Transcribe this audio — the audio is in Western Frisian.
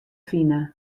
fine